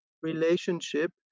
relationship